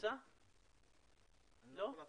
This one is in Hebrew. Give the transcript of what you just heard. תציג את עצמך ותוכל להתייחס.